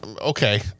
Okay